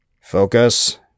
Focus